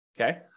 Okay